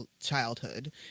childhood